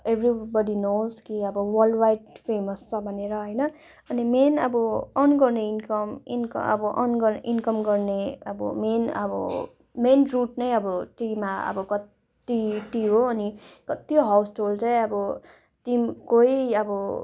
everybody knows कि अब world wide famous छ भनेर होइन अनि मेन अब अर्न गर्ने इन्कम इन्कम अब इन्कम गर्ने अब मेन रूट नै अब टीमा अब कति टी हो नि कति हाउसहोल्ड चाहिँ अब टीकै अब